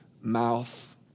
mouth